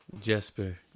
Jesper